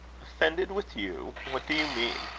offended with you! what do you mean?